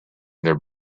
their